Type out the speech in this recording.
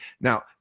Now